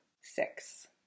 six